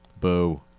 boo